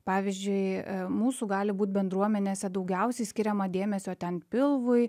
pavyzdžiui mūsų gali būt bendruomenėse daugiausiai skiriama dėmesio ten pilvui